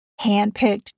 handpicked